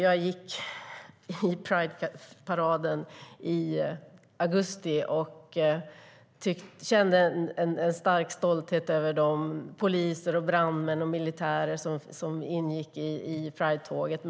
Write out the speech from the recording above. Jag gick i Prideparaden i augusti och kände en stark stolthet över de poliser, brandmän och militärer som ingick i tåget.